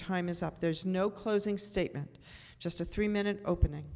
time is up there's no closing statement just a three minute opening